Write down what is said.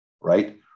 right